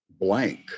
blank